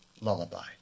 Lullaby